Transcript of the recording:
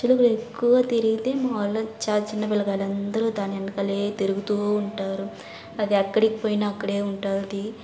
చిలుకలు ఎక్కువగా తిరిగితే మా ఊళ్ళో చాలా చిన్న పిల్లకాయలు అందరు దాని వెనకల తిరుగుతు ఉంటారు అది ఎక్కడికి పోయినా అక్కడే ఉంటుంది